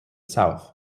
south